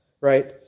right